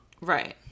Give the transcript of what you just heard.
Right